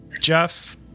Jeff